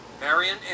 Marion